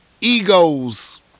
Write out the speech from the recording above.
Egos